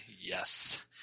yes